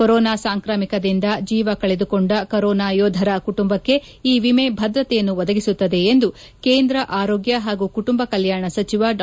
corona ಸಾಂಕ್ರಾಮಿಕದಿಂದ ಜೀವ ಕಳೆದುಕೊಂಡ ಕೊರೋನಾ ಯೋಧರ ಕುಟುಂಬಕ್ಕೆ ಈ ವಿಮೆ ಭದ್ರತೆಯನ್ನು ಒದಗಿಸುತ್ತದೆ ಎಂದು ಕೇಂದ್ರ ಆರೋಗ್ಯ ಹಾಗೂ ಕುಟುಂಬ ಕಲ್ಯಾಣ ಸಚಿವ ಡಾ